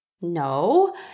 No